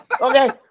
Okay